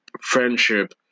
friendship